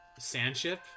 Sandship